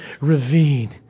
ravine